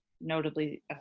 notably